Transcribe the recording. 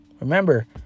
Remember